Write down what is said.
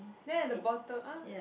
then at the bottom uh